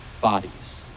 bodies